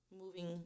moving